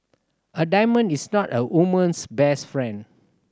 a diamond is not a woman's best friend